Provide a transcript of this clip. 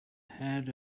had